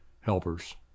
helpers